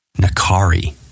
Nakari